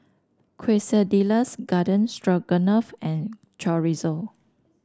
Quesadillas Garden Stroganoff and Chorizo